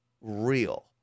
real